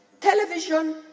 Television